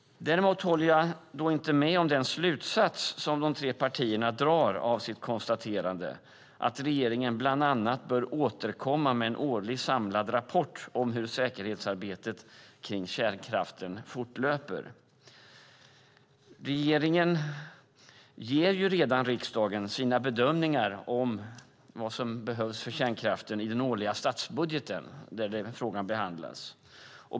Däremot håller jag inte med om den slutsats de tre partierna drar av sitt konstaterande, nämligen att regeringen bland annat bör återkomma med en årlig, samlad rapport om hur säkerhetsarbetet kring kärnkraften fortlöper. Regeringen ger redan riksdagen sina bedömningar av vad som behövs för kärnkraften i den årliga statsbudgeten, där frågan behandlas.